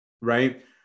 right